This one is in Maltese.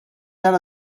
tal